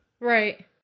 Right